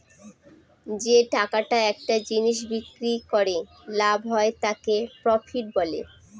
যে টাকাটা একটা জিনিস বিক্রি করে লাভ হয় তাকে প্রফিট বলে